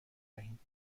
دهیم